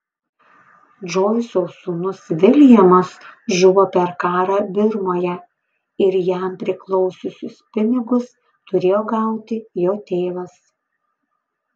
džoiso sūnus viljamas žuvo per karą birmoje ir jam priklausiusius pinigus turėjo gauti jo tėvas